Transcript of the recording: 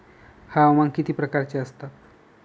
हवामान किती प्रकारचे असतात?